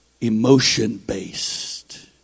emotion-based